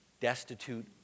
destitute